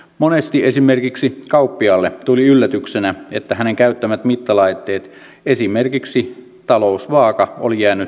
monesti esimerkiksi kauppiaalle tuli yllätyksenä että hänen käyttämänsä mittalaite esimerkiksi talousvaaka oli jäänyt tarkastamatta